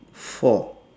four